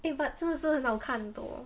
eh but 真的是很好看 though